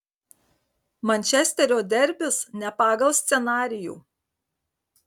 mančesterio derbis ne pagal scenarijų